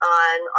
on